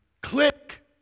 Click